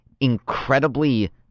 incredibly